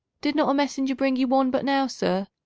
did not a messenger bring you one but now, sir?